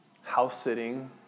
house-sitting